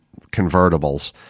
convertibles